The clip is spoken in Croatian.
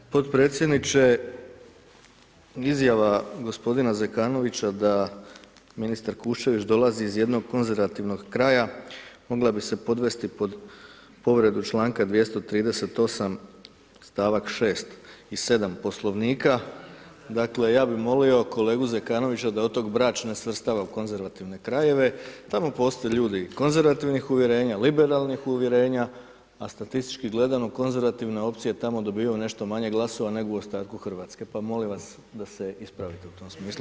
g. Potpredsjedniče, izjava g. Zekanovića da ministar Kuščević dolazi iz jednog konzervativnog kraja mogla bi se podvesti pod povredu čl. 238. st. 6. i 7. Poslovnika, dakle, ja bi molio kolegu Zekanovića da otok Brač ne svrstava u konzervativne krajeve, tamo postoje ljudi konzervativnih uvjerenja, liberalnih uvjerenja, a statistički gledano, konzervativne opcije tamo dobivaju nešto manje glasova, nego u ostatku RH, pa molim vas da se ispravite u tom smislu.